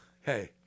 Hey